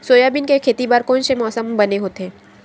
Soybean के खेती बर कोन से मौसम बने होथे?